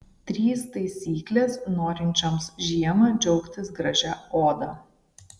trys taisyklės norinčioms žiemą džiaugtis gražia oda